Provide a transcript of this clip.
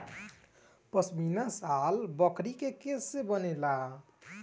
पश्मीना शाल बकरी के केश से बनेला